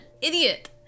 idiot